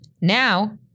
Now